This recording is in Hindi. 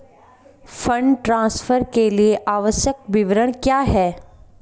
फंड ट्रांसफर के लिए आवश्यक विवरण क्या हैं?